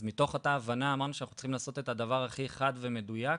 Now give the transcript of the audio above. אז מתוך אותה הבנה אמרנו שאנחנו צריכים לעשות את הדבר הכי חד ומדויק,